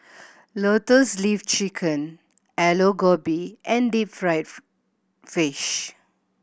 Lotus Leaf Chicken Aloo Gobi and deep fried fish